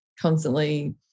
constantly